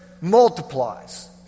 multiplies